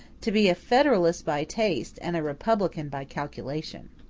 to be a federalist by taste, and a republican by calculation.